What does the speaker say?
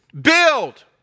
Build